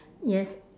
yes